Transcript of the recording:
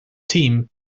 team